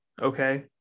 okay